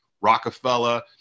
Rockefeller